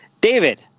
David